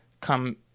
come